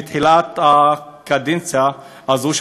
מתחילת הקדנציה הזאת,